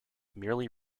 merely